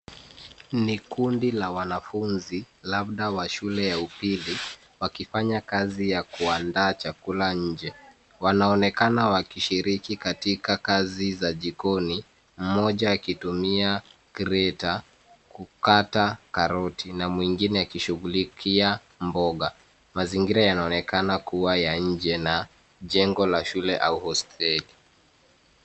Ni kundi la wanafunzi labda wa shule ya upili wakifanya kazi ya kuandaa chakula nje. Wanaonekana wakishiriki katika kazi za jikoni mmoja akitumia grater kukata karoti na mwingine akishughulikia mboga. Mazingira yanaonekana kuwa ya nje na jengo la shule au hosteli.